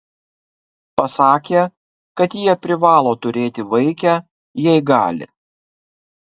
pasakė kad jie privalo turėti vaikę jei gali